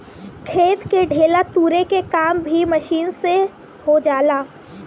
खेत में ढेला तुरे के काम भी मशीन से हो जाला